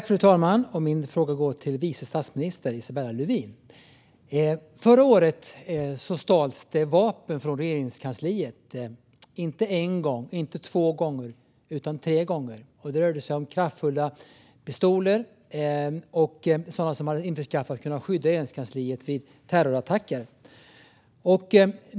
Fru talman! Min fråga går till vice statsminister Isabella Lövin. Förra året stals det vapen från Regeringskansliet - inte en gång och inte två gånger utan tre gånger. Det rörde sig om kraftfulla pistoler som man införskaffat för att kunna skydda Regeringskansliet vid terrorattacker.